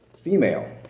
Female